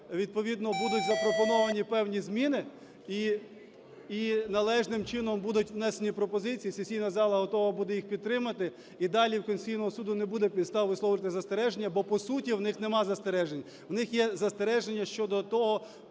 відповідно будуть запропоновані певні зміни і належним чином будуть внесені пропозиції, сесійна зала готова буде їх підтримати, і далі в Конституційного Суду не буде підстав висловлювати застереження, бо по суті у них немає застережень. В них є застереження щодо того,